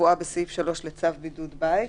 הקבועה בסעיף 3 לצו בידוד בית,